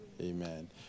Amen